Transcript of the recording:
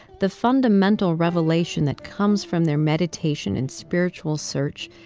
the fundamental revelation that comes from their meditation and spiritual search,